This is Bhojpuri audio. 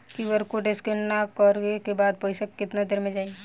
क्यू.आर कोड स्कैं न करे क बाद पइसा केतना देर म जाई?